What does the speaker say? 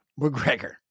McGregor